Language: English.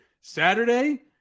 Saturday